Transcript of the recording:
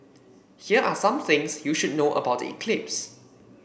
here are some things you should know about the eclipse